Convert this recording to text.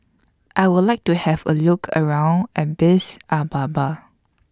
I Would like to Have A Look around Addis Ababa